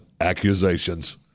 accusations